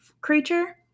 Creature